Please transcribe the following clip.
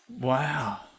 Wow